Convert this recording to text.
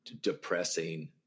depressing